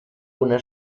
una